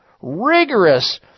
rigorous